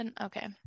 Okay